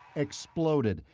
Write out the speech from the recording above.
exploded.